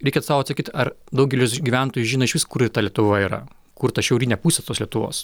reikia sau atsakyt ar daugelis gyventojų žino išvis kuri ta lietuva yra kur ta šiaurinė pusė tos lietuvos